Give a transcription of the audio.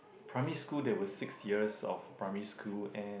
primary school there was six years of primary school and